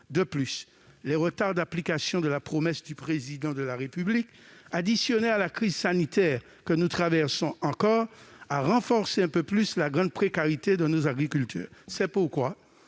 De plus, les retards d'application de la promesse du Président de la République, qui s'ajoutent à la crise sanitaire que nous traversons encore, ont renforcé un peu plus la grande précarité de nos agriculteurs. C'est pourquoi,